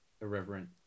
Irreverent